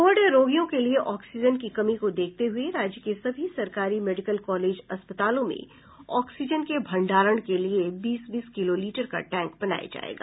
Covid रोगियों के लिए ऑक्सीजन की कमी को देखते हये राज्य के सभी सरकारी मेडिकल कॉलेज अस्पतालों में ऑक्सीजन के भण्डारण के लिए बीस बीस किलो लीटर का टैंक बनाया जायेगा